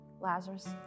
Lazarus